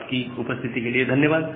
आपकी उपस्थिति के लिए धन्यवाद